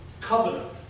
covenant